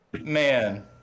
Man